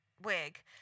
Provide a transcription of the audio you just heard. wig